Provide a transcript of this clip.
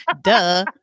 Duh